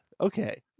Okay